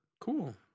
Cool